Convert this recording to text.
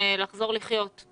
לחזור לחיות.